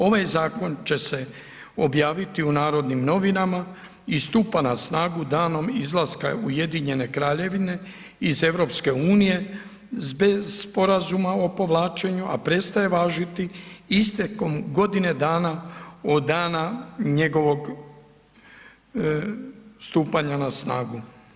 Ovaj zakon će se objaviti u Narodnim novinama i stupa na snagu danom izlaska Ujedinjene Kraljevine iz Europske unije bez sporazuma o povlačenju, a prestaje važiti istekom godine dana od dana njegovog stupanja na snagu.